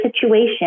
situation